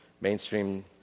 Mainstream